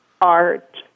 art